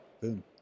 boom